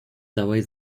dałeś